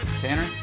Tanner